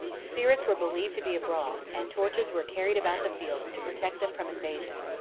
spirits were believed to be abroad, and torches were carried about the fields to protect them from invasion.